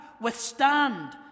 withstand